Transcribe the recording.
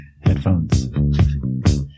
Headphones